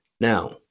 Now